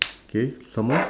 K some more